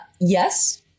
yes